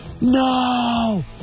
no